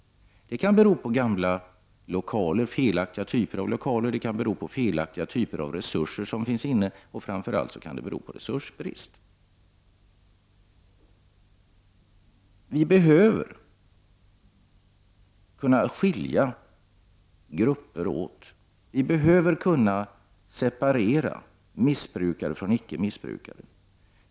Det kan bero på gamla lokaler, felaktiga typer av lokaler, felaktiga typer av resurser som finns tillgängliga, och det kan framför allt bero på resursbrist. Vi behöver kunna skilja grupper åt. separera missbrukare från icke missbrukare.